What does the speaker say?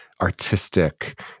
artistic